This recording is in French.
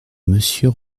monsieur